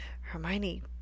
Hermione